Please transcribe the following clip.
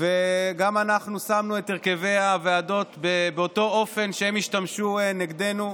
וגם אנחנו שמנו את הרכבי הוועדות באותו אופן שבו הם השתמשו נגדנו.